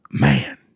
man